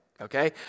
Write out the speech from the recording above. okay